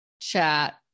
chat